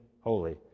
holy